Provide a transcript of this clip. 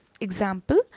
Example